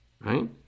right